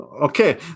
okay